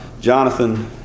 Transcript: Jonathan